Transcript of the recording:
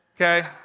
Okay